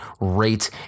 rate